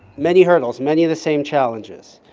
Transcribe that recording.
many hurdles, many of the same challenges.